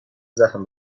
زخم